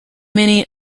many